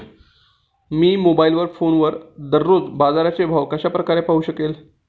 मी mobile फोनवर दररोजचे बाजाराचे भाव कशा प्रकारे पाहू शकेल?